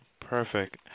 Perfect